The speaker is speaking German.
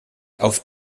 auf